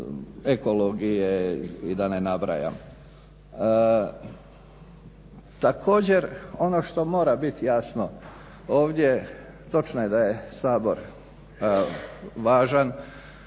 ekologije i da ne nabrajam. Također ono što mora biti jasno ovdje, točno je da je Sabor važan